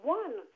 one